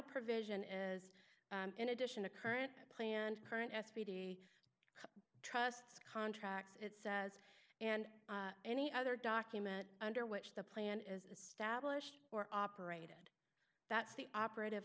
provision is in addition to current planned current s p d trusts contracts it says and any other document under which the plan is established or operated that's the operative